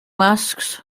masks